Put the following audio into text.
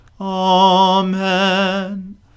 Amen